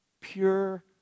pure